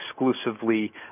exclusively